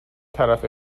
طرف